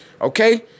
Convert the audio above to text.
Okay